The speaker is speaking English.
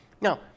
Now